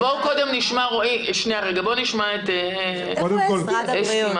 בואו נשמע את אסתי,